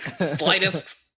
Slightest